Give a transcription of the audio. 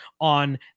on